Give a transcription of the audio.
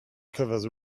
covers